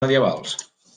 medievals